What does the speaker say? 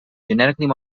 genetically